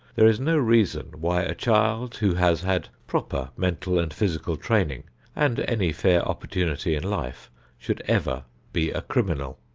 there is no reason why a child who has had proper mental and physical training and any fair opportunity in life should ever be a criminal.